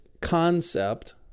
concept